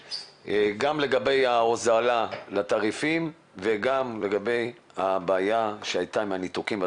גם בעניין הוזלת התעריפים וגם בעניין הבעיה שהייתה עם הניתוקים.